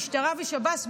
אין סיבה שבמשטרה ובשב"ס,